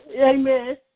Amen